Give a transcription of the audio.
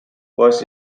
was